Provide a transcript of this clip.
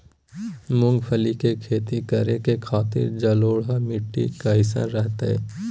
मूंगफली के खेती करें के खातिर जलोढ़ मिट्टी कईसन रहतय?